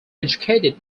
educated